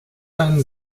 sein